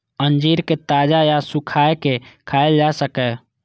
अंजीर कें ताजा या सुखाय के खायल जा सकैए